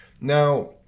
Now